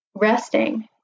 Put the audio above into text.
resting